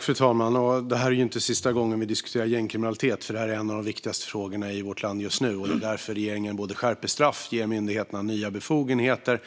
Fru talman! Detta är inte sista gången som vi diskuterar gängkriminalitet, eftersom detta är en av de viktigaste frågorna i vårt land just nu. Det är därför som regeringen skärper straff, ger myndigheterna nya befogenheter